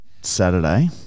Saturday